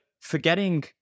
forgetting